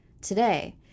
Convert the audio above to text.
Today